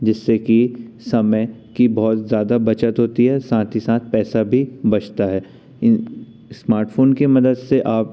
जिससे कि समय की बहुत ज़्यादा बचत होती हैं साथ ही साथ पैसा भी बचता है इन स्मार्टफोन के मदद से आप